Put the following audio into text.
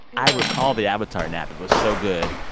i recall the avatar nap. it was so good